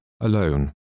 alone